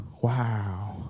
wow